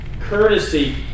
courtesy